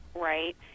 right